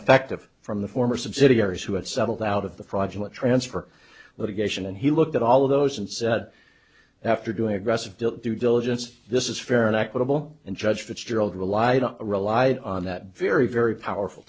effective from the former subsidiaries who had settled out of the project to transfer litigation and he looked at all of those and said after doing aggressive built due diligence this is fair and equitable and judge fitzgerald relied on relied on that very very powerful